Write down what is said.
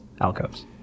alcoves